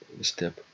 step